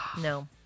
no